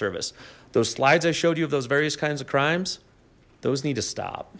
service those slides i showed you of those various kinds of crimes those need to stop